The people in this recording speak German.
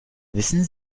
wissen